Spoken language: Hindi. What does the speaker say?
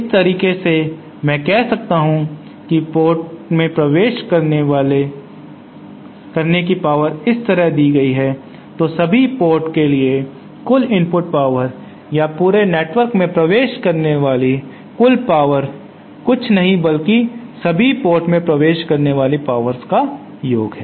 इस तरह से मैं कह सकता हूं कि पोर्टल में प्रवेश करने की पावर इस तरह दी गई है तो सभी पोर्ट के लिए कुल इनपुट पावर या पूरे नेटवर्क में प्रवेश करने वाले कुछ पावर और कुछ नहीं बल्कि सभी पोर्ट में प्रवेश करने वाली शक्तियों का योग है